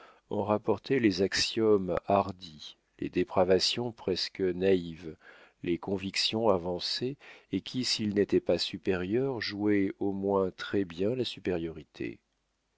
en rapportait les axiomes hardis les dépravations presque naïves les convictions avancées et qui s'il n'était pas supérieur jouait au moins très-bien la supériorité